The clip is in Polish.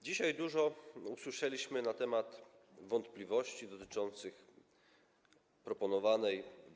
Dzisiaj dużo usłyszeliśmy na temat wątpliwości dotyczących proponowanej w